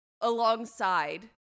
alongside